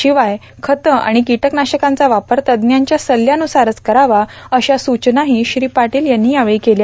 शिवाय खतं आणि किटकनाशकांचा वापर तज्ज्ञांच्या सल्ल्यान्रसारच करावा अशा सूचनाही श्री पाटील यांनी यावेळी केल्या